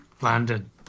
Landon